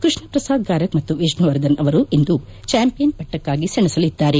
ಕೃಷ್ಣ ಪ್ರಸಾದ್ ಗಾರಗ್ ಮತ್ತು ವಿಷ್ಣುವರ್ಧನ್ ಅವರು ಇಂದು ಚಾಂಪಿಯನ್ ಪಟ್ಟಕ್ಕಾಗಿ ಸೆಣಸಲಿದ್ದಾರೆ